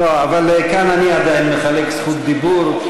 לא, כאן אני עדיין מחלק זכות דיבור.